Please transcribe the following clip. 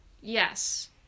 Yes